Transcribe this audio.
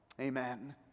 Amen